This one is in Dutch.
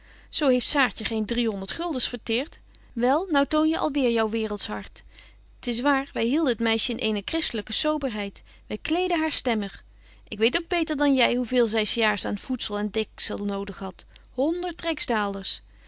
zo heeft saartje geen drie honderd guldens verteert wel nou toon je alweer jou werelds hart t is waar wy hielden het meisje in eene christelyke soberheid wy kleedden haar stemmig ik weet ook beter dan jy hoe veel zy s jaars aan voedsel en deksel nodig hadt